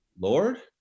Lord